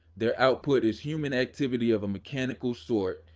their output is human activity of a mechanical sort,